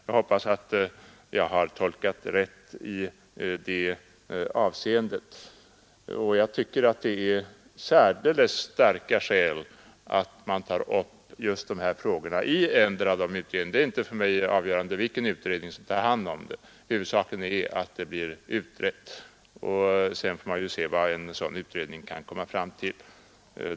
Jag hoppas att jag har tolkat honom rätt i det avseendet. Det finns, anser jag, särdeles starka skäl för att ta upp de här problemen i endera av dessa utredningar. För mig är inte det avgörande vilken utredning som tar hand om dem, huvudsaken är att de blir utredda. Sedan får man se vad en sådan utredning kan komma fram till.